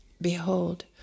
Behold